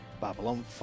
Babylon